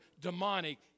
demonic